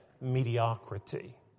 mediocrity